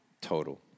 Total